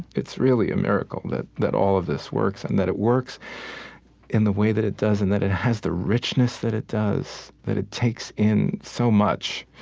it's really a miracle that that all of this works and that it works in the way that it does and that it has the richness that it does, that it takes in so much